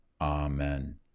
Amen